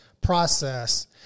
process